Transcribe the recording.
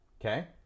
Okay